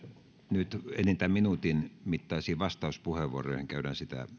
nyt enintään minuutin mittaisiin vastauspuheenvuoroihin käydään sitä